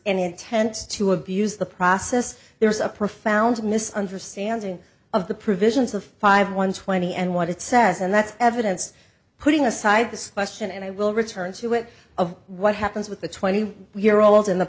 any intent to abuse the process there is a profound misunderstanding of the provisions of five one twenty and what it says and that's evidence putting aside this question and i will return to it of what happens with the twenty year old and the